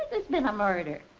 there's been a murder.